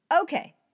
Okay